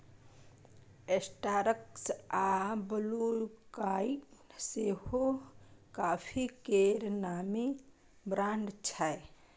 Starbucks आ ब्लुटोकाइ सेहो coffee केर नामी ब्रांड छै